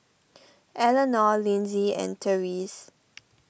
Elenore Linzy and therese